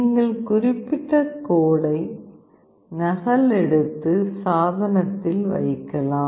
நீங்கள் குறிப்பிட்ட கோடை நகலெடுத்து சாதனத்தில் வைக்கலாம்